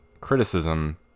criticism